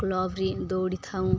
ବ୍ଲକ୍ରେ ଦୌଡ଼ିଥାଉ